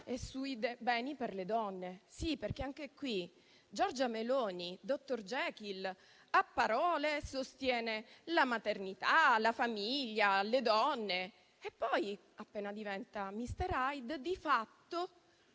e sui beni per le donne. Sì, perché anche qui Giorgia Meloni, dottor Jekyll, a parole sostiene la maternità, la famiglia, le donne e poi, appena diventa mister Hyde, di fatto